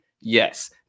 Yes